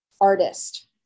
artist